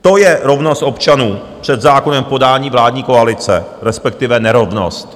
To je rovnost občanů před zákonem v podání vládní koalice, respektive nerovnost.